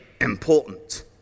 important